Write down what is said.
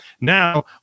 now